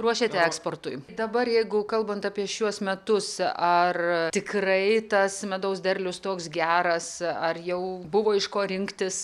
ruošiate eksportui dabar jeigu kalbant apie šiuos metus ar tikrai tas medaus derlius toks geras ar jau buvo iš ko rinktis